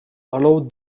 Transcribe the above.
allow